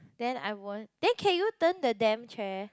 then I won't then can you turn the damn chair